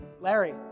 Larry